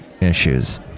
issues